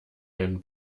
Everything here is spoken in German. einen